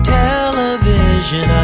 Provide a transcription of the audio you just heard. television